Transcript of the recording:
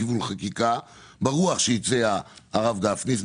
חקיקה ברוח מה שהציע הרב גפני,